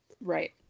Right